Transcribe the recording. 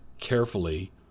carefully